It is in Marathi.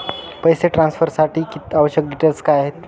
पैसे ट्रान्सफरसाठी आवश्यक डिटेल्स काय आहेत?